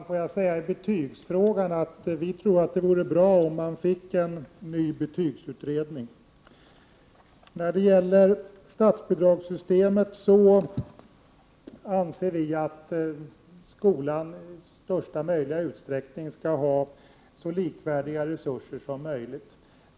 Herr talman! Vii folkpartiet tror att det vore bra om en ny betygsutredning tillsattes. När det gäller statsbidragssystemet anser vi att skolan i största möjliga utsträckning skall ha så likvärda resurser som möjligt.